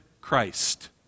Christ